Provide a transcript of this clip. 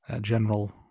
General